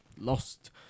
lost